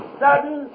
sudden